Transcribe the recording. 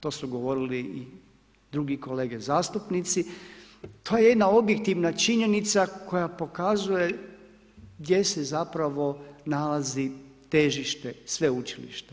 To su govorili i drugi kolege zastupnici, to je jedna objektivna činjenica koja pokazuje gdje se zapravo nalazi težište sveučilišta.